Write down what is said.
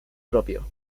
propio